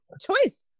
Choice